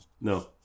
No